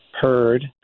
heard